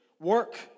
Work